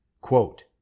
quote